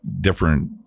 different